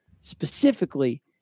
specifically